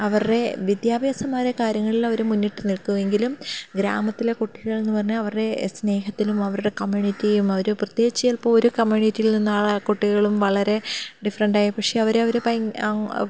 അവരുടെ വിദ്യാഭ്യാസമായ കാര്യങ്ങളിൽ അവർ മുന്നിട്ടു നിൽക്കുമെങ്കിലും ഗ്രാമത്തിലെ കുട്ടികളെന്ന് പറഞ്ഞാൽ അവരുടെ സനേഹത്തിലും അവരുടെ കമ്മ്യൂണിറ്റിയും അവർ പ്രത്യേകിച്ചു ചിലപ്പോൾ ഒരു കമ്മ്യൂണിയിറ്റിൽ നിന്ന ആളെ കുട്ടികളും വളരെ ഡിഫറെൻറായി പക്ഷേ അവരെ അവർ